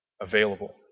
available